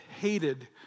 hated